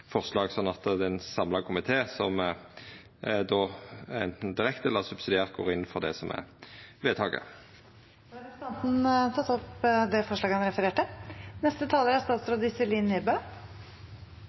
forslag, så det er ein samla komité som anten direkte eller subsidiært går inn for innstillinga. Da har representanten Geir Pollestad tatt opp forslaget han refererte til.